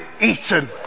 eaten